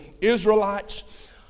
Israelites